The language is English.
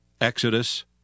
Exodus